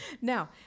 Now